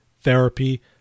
Therapy